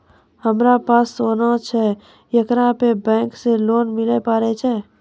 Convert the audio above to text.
हमारा पास सोना छै येकरा पे बैंक से लोन मिले पारे छै?